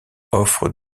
offrent